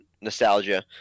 Nostalgia